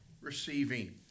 receiving